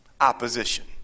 opposition